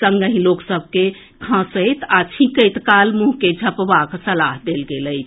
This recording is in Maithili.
संगहि लोक सभ के खांसैत आ छींकैत काल मुंह के झंपबाक सलाह देल गेल अछि